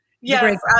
Yes